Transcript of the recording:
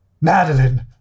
Madeline